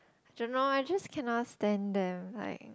I don't know I just cannot stand them like